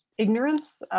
ignorance.